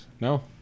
No